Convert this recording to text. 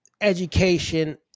education